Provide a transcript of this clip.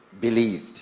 believed